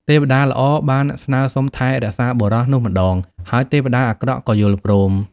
ទេវតាល្អបានស្នើសុំថែរក្សាបុរសនោះម្តង ហើយទេវតាអាក្រក់ក៏យល់ព្រម។